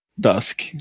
dusk